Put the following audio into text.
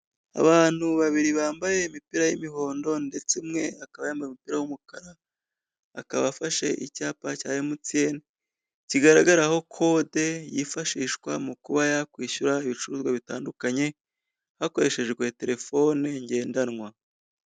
Abantu babiri bambaye imipira y'imihondo, ndetse umwe akaba yambaye umupira w'umukara, akaba afashe icyapa cya emutiyeni, kigaragaraho kode yifashishwa mu kuba yakwishyura ibicuruzwa bitandukanye, hakoreshejwe telefone ngendanwa.